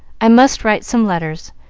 i must write some letters.